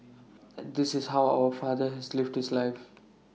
at this is how our father has lived his life